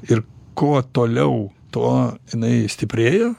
ir kuo toliau tuo jinai stiprėja